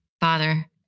Father